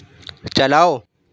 چلاؤ